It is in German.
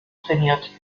trainiert